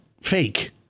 fake